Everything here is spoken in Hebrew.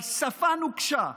על שפה נוקשה,